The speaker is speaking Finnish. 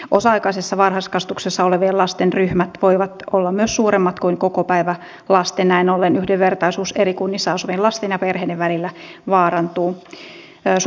osa aikaisessa varhaiskasvatuksessa olevien lasten ryhmät voivat olla myös suuremmat kuin kokopäivälasten ja näin ollen yhdenvertaisuus eri kunnissa asuvien lasten ja perheiden välillä vaarantuu